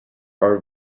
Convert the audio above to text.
are